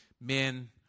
men